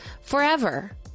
Forever